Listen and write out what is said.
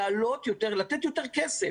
לתת יותר כסף,